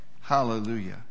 Hallelujah